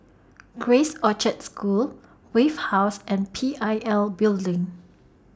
Grace Orchard School Wave House and P I L Building